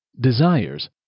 desires